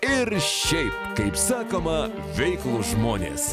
ir šiaip kaip sakoma veiklūs žmonės